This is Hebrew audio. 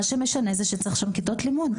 מה שמשנה הוא שצריך שם כיתות לימוד,